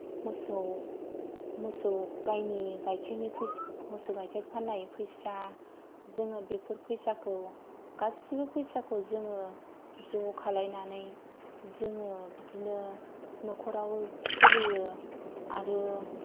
मोसौ मोसौ गाइनि गाइखेरनि फैसा मोसौ गाइखेरनि फाननाय फैसा जोङो बेफोरखौ फैसाखौ गासैबो फैसाखौ जोङो ज' खालायनानै जोङो बिदिनो न'खराव सोलियो आरो